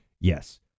Yes